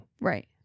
Right